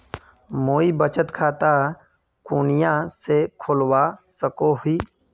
मुई बचत खता कुनियाँ से खोलवा सको ही?